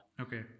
Okay